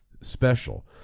special